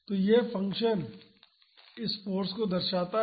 तो यह फ़ंक्शन इस फाॅर्स को दर्शाता है